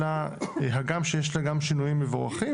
הגם שיש בה גם שינויים מבורכים,